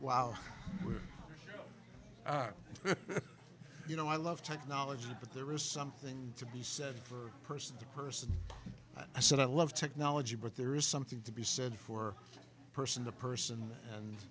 we're you know i love technology but there is something to be said for person to person i said i love technology but there is something to be said for person to person and